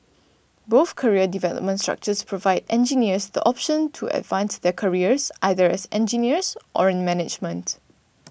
both career development structures provide engineers the option to advance their careers either as engineers or in management